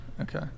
Okay